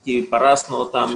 כי פרסנו אותם,